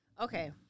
Okay